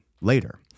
later